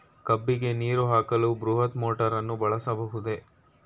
ಕಬ್ಬಿಗೆ ನೀರು ಹಾಕಲು ಬೃಹತ್ ಮೋಟಾರನ್ನು ಬಳಸಬಹುದೇ?